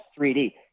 3D